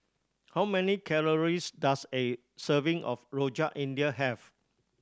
how many calories does a serving of Rojak India have